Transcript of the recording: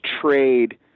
trade